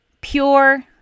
Pure